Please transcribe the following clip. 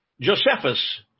Josephus